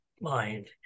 mind